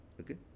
Okay